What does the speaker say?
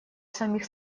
самих